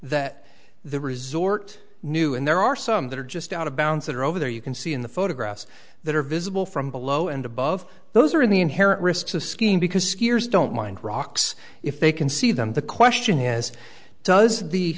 that the resort knew and there are some that are just out of bounds or over there you can see in the photographs that are visible from below and above those are in the inherent risks of scheme because skiers don't mind rocks if they can see them the question is does the